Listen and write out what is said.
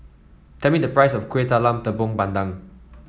tell me the price of Kueh Talam Tepong Pandan